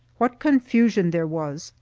what confusion there was!